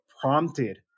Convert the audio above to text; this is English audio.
prompted